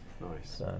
Nice